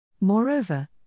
Moreover